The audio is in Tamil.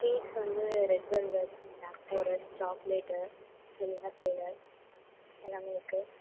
கேக்ஸ் வந்து red velvet black forest chocolate vanilla flavour எல்லாமே இருக்குது